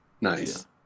Nice